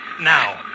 Now